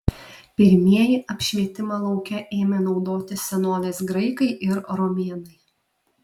pirmieji apšvietimą lauke ėmė naudoti senovės graikai ir romėnai